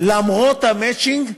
למרות המצ'ינג,